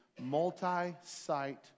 multi-site